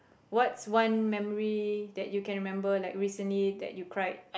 what's one memory that you can remember like recently that you cried